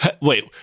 wait